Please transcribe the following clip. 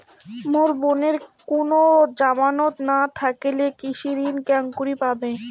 মোর বোনের কুনো জামানত না থাকিলে কৃষি ঋণ কেঙকরি পাবে?